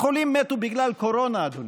החולים מתו בגלל הקורונה, אדוני,